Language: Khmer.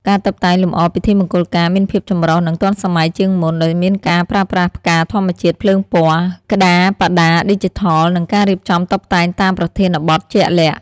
ការតុបតែងលម្អពិធីមង្គលការមានភាពចម្រុះ និងទាន់សម័យជាងមុន ដោយមានការប្រើប្រាស់ផ្កាធម្មជាតិ ភ្លើងពណ៌ ក្តារបដាឌីជីថល និងការរៀបចំតុបតែងតាមប្រធានបទជាក់លាក់ ។